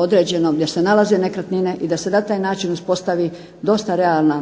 određenom gdje se nalaze nekretnine i da se na taj način uspostavi dosta realna